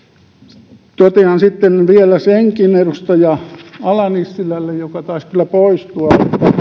arvoisa puhemies totean sitten vielä senkin edustaja ala nissilälle joka taisi kyllä poistua